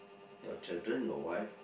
your children your wife